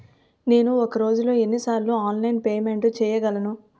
నేను ఒక రోజులో ఎన్ని సార్లు ఆన్లైన్ పేమెంట్ చేయగలను?